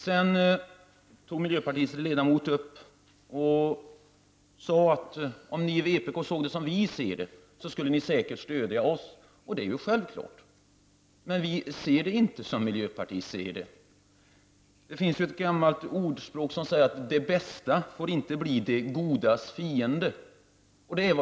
Ledamoten från miljöpartiet sade sedan att om ni i vpk såg saken som vi ser den, då skulle ni säkert stödja oss. Ja, självklart skulle vi det. Men vi ser inte saken som miljöpartiet ser den. Ett gammalt ordspråk säger att det bästa inte får bli det godas fiende.